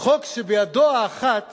חוק שבידו האחת